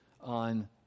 on